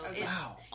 Wow